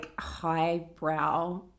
highbrow